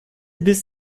biss